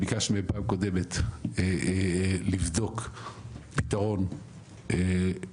ביקשתי מהם בפעם הקודמת לבדוק פתרון לדבר,